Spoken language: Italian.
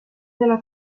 della